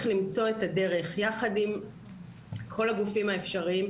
למצוא את הדרך יחד עם כל הגופים האפשריים,